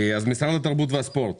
משרד התרבות והספורט,